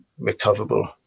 recoverable